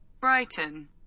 Brighton